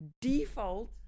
default